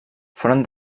foren